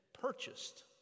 purchased